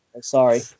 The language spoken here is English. Sorry